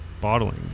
bottling